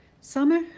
Summer